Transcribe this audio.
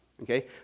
Okay